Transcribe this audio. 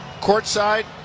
courtside